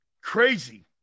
crazy